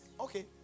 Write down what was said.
Okay